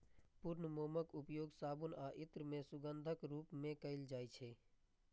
पूर्ण मोमक उपयोग साबुन आ इत्र मे सुगंधक रूप मे कैल जाइ छै